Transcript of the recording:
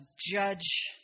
judge